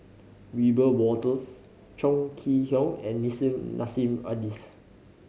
Wiebe Wolters Chong Kee Hiong and Nissim Nassim Adis